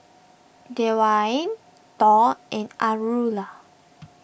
Dewayne Thor and Aurilla